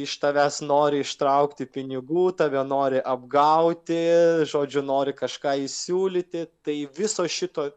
iš tavęs nori ištraukti pinigų tave nori apgauti žodžiu nori kažką įsiūlyti tai viso šito